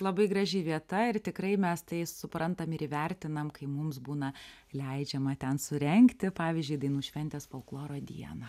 labai graži vieta ir tikrai mes tai suprantam ir įvertinam kai mums būna leidžiama ten surengti pavyzdžiui dainų šventės folkloro dieną